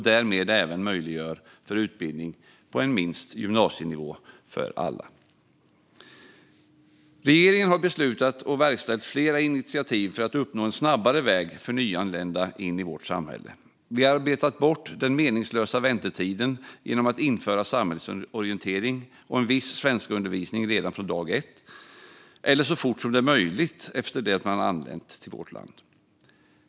Därmed möjliggör vi även för utbildning på minst gymnasienivå för alla. Regeringen har beslutat och verkställt flera initiativ för att uppnå en snabbare väg för nyanlända in i vårt samhälle. Vi har arbetat bort den meningslösa väntetiden genom att införa samhällsorientering och en viss svenskundervisning redan från dag ett eller så fort som det är möjligt efter det man anlänt till vårt land.